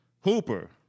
Hooper